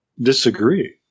disagree